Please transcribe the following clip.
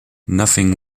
nothing